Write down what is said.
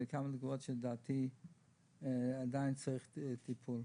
וכמה נקודות שלדעתי עדיין מצריכות טיפול.